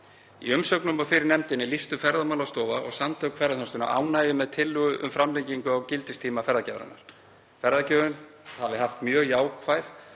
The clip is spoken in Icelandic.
Í umsögnum og fyrir nefndinni lýstu Ferðamálastofa og Samtök ferðaþjónustunnar ánægju með tillögu um framlengingu á gildistíma ferðagjafarinnar. Ferðagjöfin hafi haft mjög jákvæð